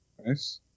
Nice